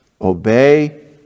Obey